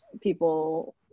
people